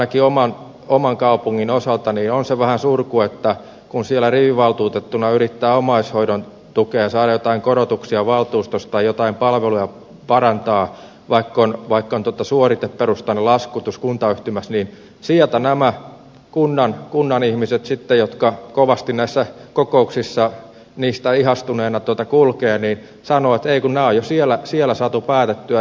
ainakin oman kaupunkini osalta on se vähän surku että kun siellä rivivaltuutettuna yrittää omaishoidon tukeen saada jotain korotuksia valtuustossa tai jotain palveluja parantaa vaikka on suoriteperusteinen laskutus kuntayhtymässä niin sieltä nämä kunnan ihmiset sitten jotka kovasti näissä kokouksissa niistä ihastuneena kulkevat sanovat että ei kun nämä on jo siellä saatu päätettyä